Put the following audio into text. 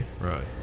Right